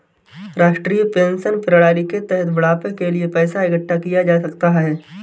राष्ट्रीय पेंशन प्रणाली के तहत बुढ़ापे के लिए पैसा इकठ्ठा किया जा सकता है